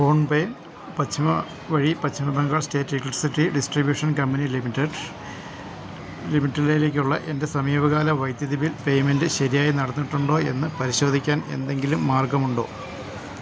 PhonePe വഴി Paschim Bengal state electricity distribution company ലിമിറ്റഡിലേക്കുള്ള എൻ്റെ സമീപകാല വൈദ്യുതി ബിൽ പേയ്മെൻറ്റ് ശരിയായി നടന്നിട്ടുണ്ടോയെന്ന് പരിശോധിക്കാൻ എന്തെങ്കിലും മാർഗമുണ്ടോ